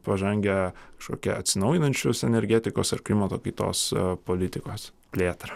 pažangią kažkokią atsinaujinančios energetikos ar klimato kaitos politikos plėtrą